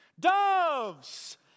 Doves